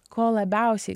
ko labiausiai